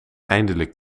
eindelijk